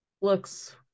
looks